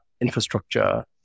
infrastructure